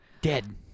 Dead